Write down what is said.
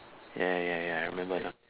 ya ya ya I remember